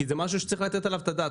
כי זה דבר שצריך לתת עליו את הדעת.